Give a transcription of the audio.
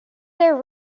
their